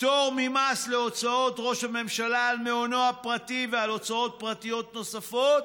פטור ממס להוצאות ראש הממשלה על מעונו הפרטי ועל הוצאות פרטיות נוספות,